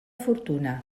fortuna